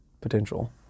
potential